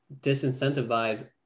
disincentivize